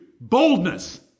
boldness